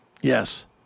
Yes